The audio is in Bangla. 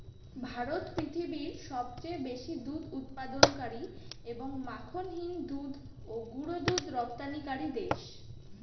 ভারত পৃথিবীর সবচেয়ে বেশি দুধ উৎপাদনকারী এবং মাখনহীন দুধ ও গুঁড়ো দুধ রপ্তানিকারী দেশ